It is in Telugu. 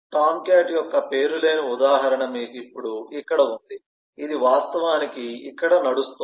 టామ్క్యాట్ యొక్క పేరులేని ఉదాహరణ మీకు ఇప్పుడు ఇక్కడ ఉంది ఇది వాస్తవానికి ఇక్కడ నడుస్తోంది